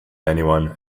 anyone